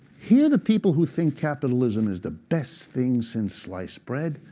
hear the people who think capitalism is the best thing since sliced bread,